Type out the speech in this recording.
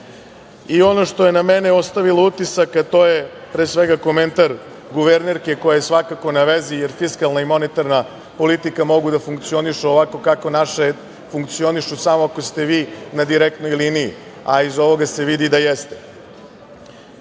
Ono što je na mene ostavilo utisak, a to je pre svega komentar guvernerke koja je svakako na vezi, jer fiskalna i monetarna politika mogu da funkcionišu ovako kako naše funkcionišu, samo ako ste vi na direktnoj liniji, a iz ovoga se vidi da jeste. Ono